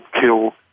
kill